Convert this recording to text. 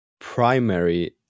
primary